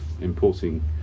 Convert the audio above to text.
importing